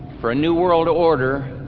for a new world order.